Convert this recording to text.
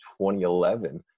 2011